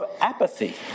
apathy